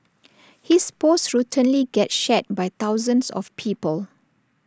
his posts routinely get shared by thousands of people